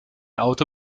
auto